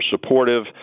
supportive